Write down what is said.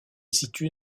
situe